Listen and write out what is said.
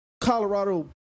Colorado